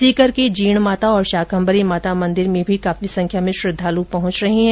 सीकर के जीणमाता और शाकम्भरी माता मन्दिर में भी काफी संख्या में श्रद्वालू पहुंच रहे है